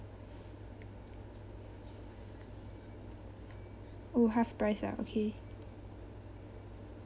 oh half price ah okay